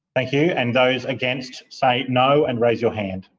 like yeah and those against say no and raise your hand.